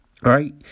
right